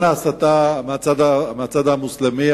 ההסתה מהצד המוסלמי,